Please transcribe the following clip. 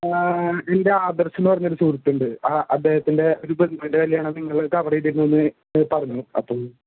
എൻ്റെ ആദർശ് എന്ന് പറയുന്ന ഒരു സുഹൃത്തുണ്ട് ആഹ് അദ്ദേഹത്തിൻ്റെ ഒരു ബന്ധുവിൻ്റെ കല്യാണം നിങ്ങൾ കവർ ചെയ്തിരുന്നു എന്ന് പറഞ്ഞു അപ്പോൾ